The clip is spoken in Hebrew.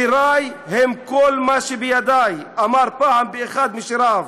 "שירַי הם כל מה שבידַי", אמר פעם באחד משיריו,